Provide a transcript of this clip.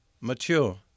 mature